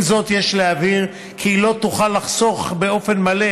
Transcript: עם זאת, יש להבהיר כי היא לא תוכל לחסוך באופן מלא